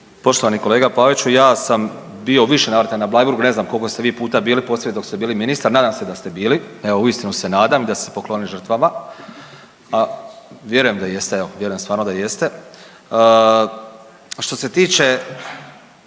Poštovani kolega Paviću, ja sam bio u više navrata na Bleigurbu. Ne znam koliko ste vi puta bili poslije kada ste bili ministar. Nadam se da ste bili. Evo uistinu se nadam da ste se poklonili žrtvama. Vjerujem da jeste, evo vjerujem stvarno da jeste. Što se tiče,